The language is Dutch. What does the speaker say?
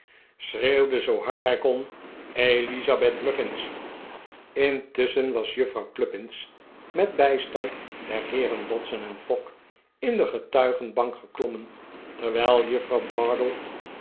zoo hard hij kon elisabeth muffins intusschen was juffrouw cluppins met bijstand der heeren dodson en fogg in de getuigenbank geklommen terwijl juffrouw bardell